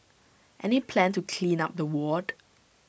any plan to clean up the ward